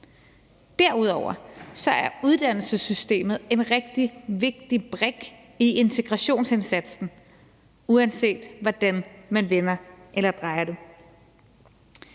Derudover er uddannelsessystemet en rigtig vigtig brik i integrationsindsatsen, uanset hvordan man vender og drejer det.